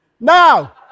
Now